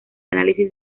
análisis